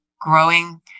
growing